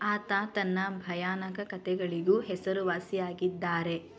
ಆತ ತನ್ನ ಭಯಾನಕ ಕತೆಗಳಿಗೂ ಹೆಸರು ವಾಸಿಯಾಗಿದ್ದಾರೆ